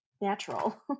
natural